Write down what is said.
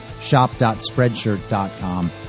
shop.spreadshirt.com